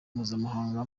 mpuzamahanga